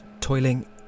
Toiling